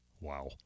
Wow